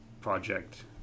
project